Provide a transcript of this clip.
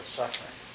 suffering